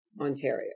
Ontario